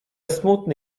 smutny